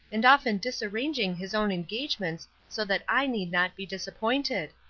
and often disarranging his own engagements so that i need not be disappointed.